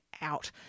out